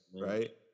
right